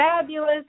fabulous